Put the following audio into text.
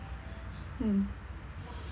mm